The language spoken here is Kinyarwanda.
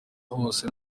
hose